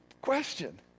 question